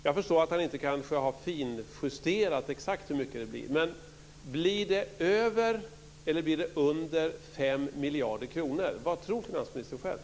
Jag förstår att han kanske inte har finjusterat exakt hur mycket det blir. Men blir det över eller under 5 miljarder kronor? Vad tror finansministern själv?